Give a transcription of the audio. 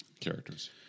Characters